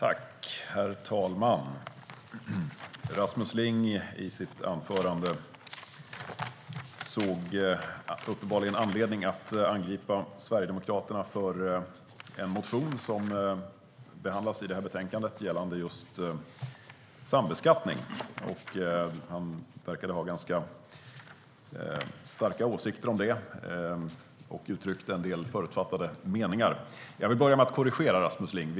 Herr talman! Rasmus Ling såg i sitt anförande uppenbarligen anledning att angripa Sverigedemokraterna för en motion gällande sambeskattning som behandlas i betänkandet. Han verkade ha ganska starka åsikter om detta, och uttryckte en del förutfattade meningar. Jag vill börja med att korrigera Rasmus Ling.